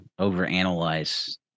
overanalyze